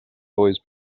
always